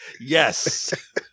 Yes